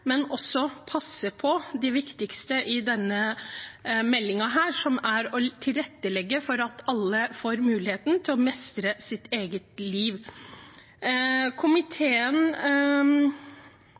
også passe på det viktigste i denne meldingen her, som er å tilrettelegge for at alle får muligheten til å mestre sitt eget liv.